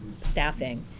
staffing